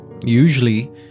Usually